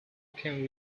can